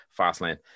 Fastlane